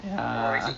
ya